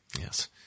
Yes